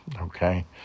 okay